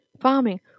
Farming